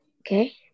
Okay